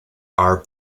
our